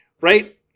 right